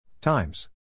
Times